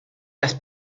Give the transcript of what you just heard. las